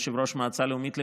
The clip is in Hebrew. יושב-ראש המועצה הלאומית לכלכלה,